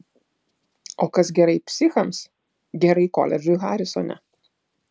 o kas gerai psichams gerai koledžui harisone